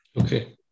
Okay